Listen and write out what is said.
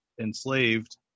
enslaved